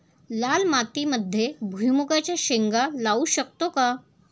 लाल मातीमध्ये भुईमुगाच्या शेंगा लावू शकतो का?